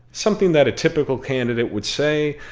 something that a typical candidate would say.